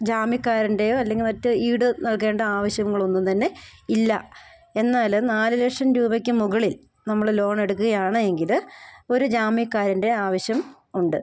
ജാമ്യക്കാരൻ്റെയോ അല്ലെങ്കിൽ മറ്റ് ഈട് നൽകേണ്ട ആവശ്യങ്ങൾ ഒന്നും തന്നെ ഇല്ല എന്നാൽ നാല് ലക്ഷം രൂപയ്ക്ക് മുകളിൽ നമ്മൾ ലോണെട്ക്ക്കയാണ് എങ്കിൽ ഒരു ജാമ്യക്കാരൻ്റെ ആവശ്യം ഉണ്ട്